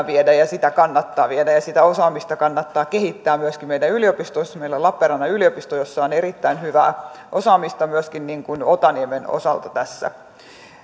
viedä ja sitä kannattaa viedä ja sitä osaamista kannattaa kehittää myöskin meidän yliopistoissa meillä on lappeenrannan yliopisto jossa on erittäin hyvää osaamista myöskin on otaniemen osalta tässä